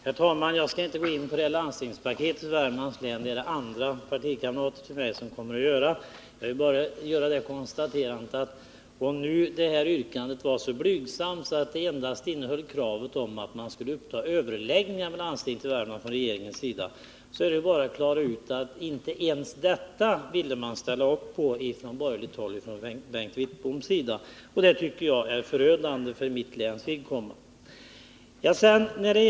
Herr talman! Jag skall inte gå in på landstingspaketet för Värmlands län. Det kommer partikamrater till mig att göra. Jag bara konstaterar att om nu reservanternas yrkande är så blygsamt att det endast innehåller kravet att regeringen skall ta upp överläggningar med landstinget, så vill den borgerliga majoriteten inte ställa upp ens på detta. Det tycker jag är förödande för mitt läns vidkommande.